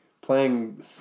playing